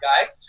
guys